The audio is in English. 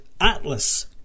atlas